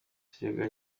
ikigega